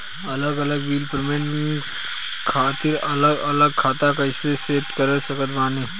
अलग अलग bill payment खातिर अलग अलग खाता कइसे सेट कर सकत बानी?